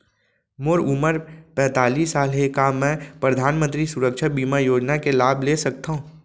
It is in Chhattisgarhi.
मोर उमर पैंतालीस साल हे का मैं परधानमंतरी सुरक्षा बीमा योजना के लाभ ले सकथव?